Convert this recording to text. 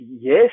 yes